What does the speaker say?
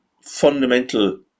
fundamental